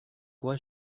quoi